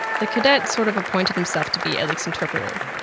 the cadet sort of appointed himself to be elik's interpreter.